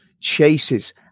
chases